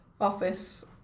office